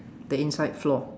the inside floor